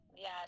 Yes